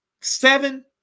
Seven